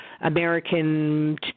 American